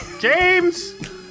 James